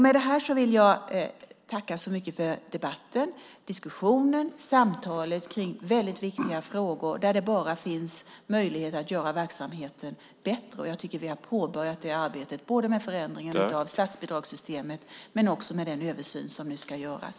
Med detta vill jag tacka så mycket för debatten, diskussionen och samtalet kring dessa väldigt viktiga frågor där det bara finns möjlighet att göra verksamheten bättre. Jag tycker att vi har påbörjat det arbetet, både med förändringen av statsbidragssystemet och med den översyn som nu ska göras.